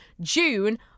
June